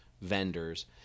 vendors